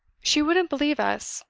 she wouldn't believe us,